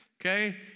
okay